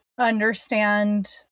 Understand